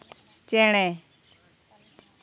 ᱪᱮᱬᱮ